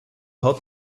hat